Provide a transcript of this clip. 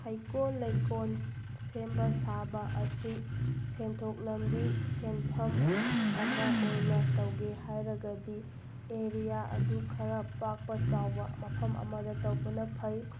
ꯍꯩꯀꯣꯜ ꯂꯩꯀꯣꯜ ꯁꯦꯝꯕ ꯁꯥꯕ ꯑꯁꯤ ꯁꯦꯟꯊꯣꯛ ꯂꯝꯕꯤ ꯁꯦꯟꯐꯝ ꯑꯃ ꯑꯣꯏꯅ ꯇꯧꯒꯦ ꯍꯥꯏꯔꯒꯗꯤ ꯑꯦꯔꯤꯌꯥ ꯑꯗꯨ ꯈꯔ ꯄꯥꯛꯄ ꯆꯥꯎꯕ ꯃꯐꯝ ꯑꯃꯗ ꯇꯧꯕꯅ ꯐꯩ